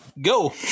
go